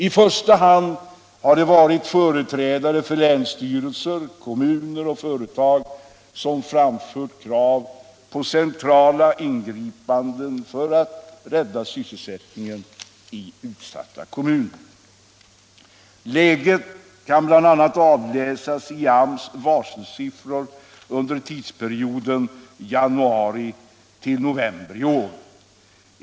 I första hand har det varit företrädare för länsstyrelser, kommuner och företag som framfört krav på centrala ingripanden för att rädda sysselsättningen i utsatta kommuner. Läget kan bl.a. avläsas i AMS varselsiffror under tidsperioden januarisnovember i år.